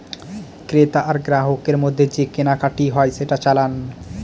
ক্রেতা আর গ্রাহকের মধ্যে যে কেনাকাটি হয় সেটা চালান